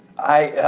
i,